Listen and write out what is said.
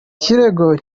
kirego